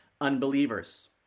unbelievers